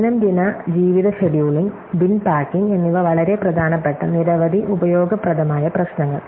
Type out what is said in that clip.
ദൈനംദിന ജീവിത scheduling bin packing എന്നിവ വളരെ പ്രധാനപ്പെട്ട നിരവധി ഉപയോഗപ്രദമായ പ്രശ്നങ്ങൾ